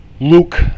Luke